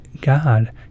God